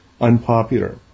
unpopular